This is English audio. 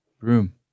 Room